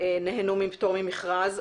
נהנו מפטור ממכרז,